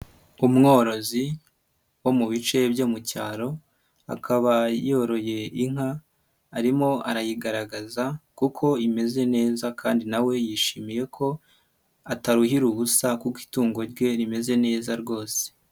Umworozi wo mu bice byo mu cyaro, akaba yoroye inka arimo arayigaragaza kuko imeze neza kandi na we yishimiye ko ataruhira ubusa kuko itungo rye rimeze neza rwose.